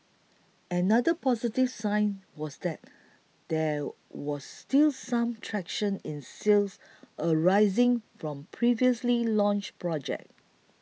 another positive sign was that there was still some traction in sales arising from previously launched projects